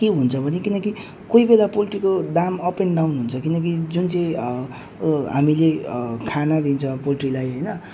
के हुन्छ भने किनकि कोही बेला पोल्ट्रीको दाम अप एन्ड डाउन हुन्छ किनकि जुन चाहिँ हामीले खाना दिन्छ पोल्ट्रीलाई होइन